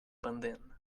pendent